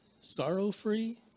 sorrow-free